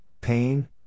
pain